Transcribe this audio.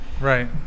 right